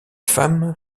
femmes